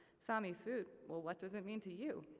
sami food, well what does it mean to you?